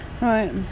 right